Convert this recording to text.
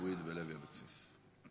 סויד ולוי אבקסיס.